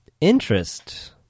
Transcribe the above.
Interest